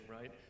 right